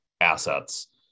assets